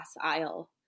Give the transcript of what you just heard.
aisle